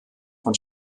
von